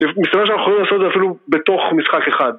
מסתבר שאנחנו יכולים לעשות את זה אפילו בתוך משחק אחד